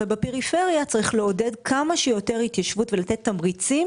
בפריפריה צריך לעודד כמה שיותר התיישבות ולתת תמריצים